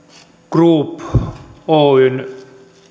group oyn